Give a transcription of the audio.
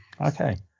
Okay